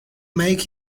make